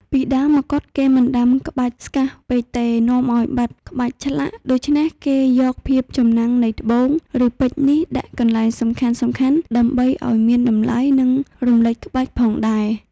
ពីដើមមកុដ គេមិនដាំក្បាច់ស្កាស់ពេកទេ នាំឲ្យបាត់ក្បាច់ឆ្លាក់ ដូច្នេះគេយកភាពចំណាំងនៃត្បូង ឬពេជ្រនេះដាក់កន្លែងសំខាន់ៗ ដើម្បីឲ្យមានតម្លៃ និងរំលេចក្បាច់ផងដែរ។